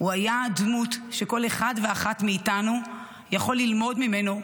הוא היה דמות שכל אחד ואחת מאיתנו יכולים ללמוד ממנו,